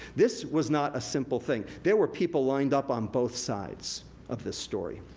this was not a simple thing. there were people lined up on both sides of this story.